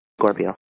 Scorpio